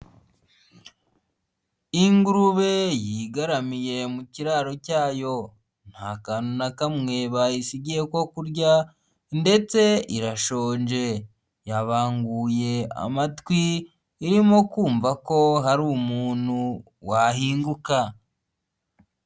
Ingurube yigaramiye mu kiraro cyayo, nta kantu na kamwe bayisigiye ko kurya ndetse irashonje yabanguye amatwi, irimo kumva ko hari umuntu wahinguka.